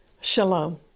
Shalom